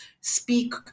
speak